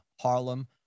Harlem